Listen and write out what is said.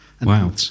wow